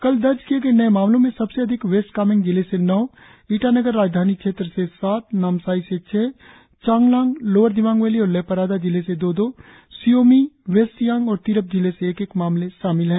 कल दर्ज किए गए नए मामलों में सबसे अधिक वेस्ट कामेंग जिले से नौ ईटानगर राजधानी क्षेत्र से सात नामसाई से छह चांगलांग लोअर दिबांग वैली और लेपारादा जिले से दो दो शी योमी वेस्ट सियांग और तिरप जिले से एक एक मामले शामिल है